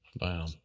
Wow